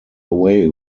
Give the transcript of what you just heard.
away